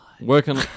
working